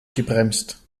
gebremst